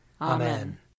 Amen